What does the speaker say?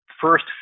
first